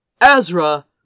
Azra